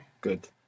Good